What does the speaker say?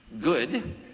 good